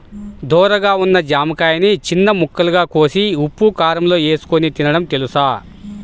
ధోరగా ఉన్న జామకాయని చిన్న ముక్కలుగా కోసి ఉప్పుకారంలో ఏసుకొని తినడం తెలుసా?